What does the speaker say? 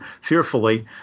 fearfully